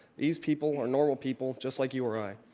these people are normal people, just like you or i.